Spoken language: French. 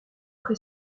pré